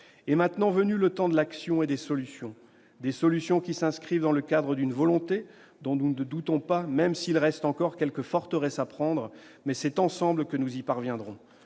Est maintenant venu le temps de l'action et des solutions. Ces dernières s'inscrivent dans le cadre d'une volonté dont nous ne doutons pas. Bien sûr, il reste encore quelques forteresses à prendre, mais c'est ensemble que nous y parviendrons.